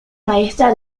maestra